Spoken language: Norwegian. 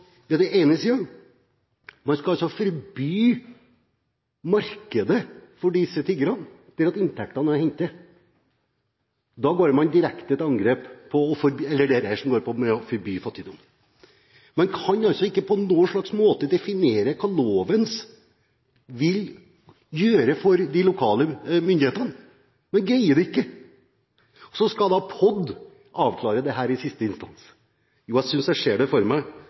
man på den ene siden skal forby markedet for disse tiggerne der inntektene er å hente. Da går man til direkte angrep på det som dreier seg om å forby fattigdom. Man kan ikke på noen som helst slags måte definere hva loven vil si at de lokale myndighetene skal gjøre, man greier det ikke. Og så skal POD avklare dette i siste instans. Jeg synes jeg ser det for meg.